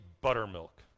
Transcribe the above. buttermilk